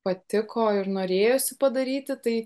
patiko ir norėjosi padaryti tai